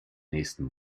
nächsten